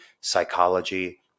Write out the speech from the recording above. psychology